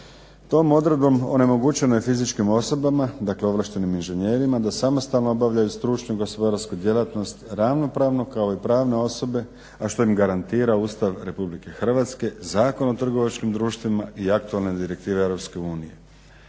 Tom odredbom onemogućeno je fizičkim osobama, dakle ovlaštenim inženjerima da samostalno obavljaju stručnu i gospodarsku djelatnost ravnopravno kao i pravne osobe, a što im garantira Ustav Republike Hrvatske, Zakon o trgovačkim društvima i aktualne direktive EU.